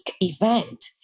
event